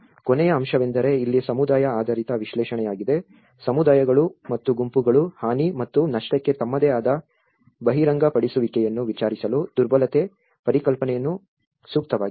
ಕೊನೆಯ ಅಂಶವೆಂದರೆ ಇಲ್ಲಿ ಸಮುದಾಯ ಆಧಾರಿತ ವಿಶ್ಲೇಷಣೆಯಾಗಿದೆ ಸಮುದಾಯಗಳು ಮತ್ತು ಗುಂಪುಗಳು ಹಾನಿ ಮತ್ತು ನಷ್ಟಕ್ಕೆ ತಮ್ಮದೇ ಆದ ಬಹಿರಂಗಪಡಿಸುವಿಕೆಯನ್ನು ವಿಚಾರಿಸಲು ದುರ್ಬಲತೆಯ ಪರಿಕಲ್ಪನೆಯನ್ನು ಸೂಕ್ತವಾಗಿವೆ